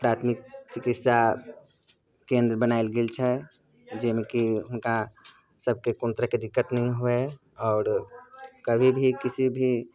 प्राथमिक चिकित्सा केन्द्र बनाएल गेल छै जाहिमेकि हुनकासबके कोनो तरहके दिक्कत नहि हुअए आओर कभी भी किसी भी